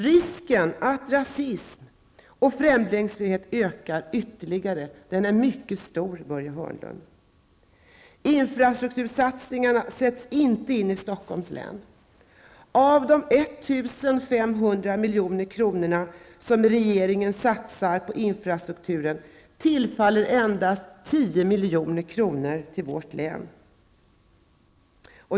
Risken att rasism och främlingsfientlighet ökar ytterligare är mycket stor, Börje Hörnlund. Infrastruktursatsningarna sätts inte in i Stockholms län. Av de 1 500 milj.kr. som regeringen satsar på infrastrukturen tillfaller endast 10 milj.kr. vårt län.